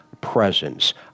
presence